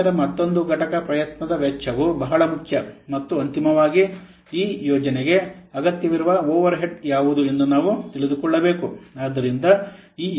ನಂತರ ಮತ್ತೊಂದು ಘಟಕ ಪ್ರಯತ್ನದ ವೆಚ್ಚವು ಬಹಳ ಮುಖ್ಯ ಮತ್ತು ಅಂತಿಮವಾಗಿ ಈ ಯೋಜನೆಗೆ ಅಗತ್ಯವಿರುವ ಓವರ್ ಹೆಡ್ ಯಾವುದು ಎಂದು ನಾವು ತಿಳಿದುಕೊಳ್ಳಬೇಕು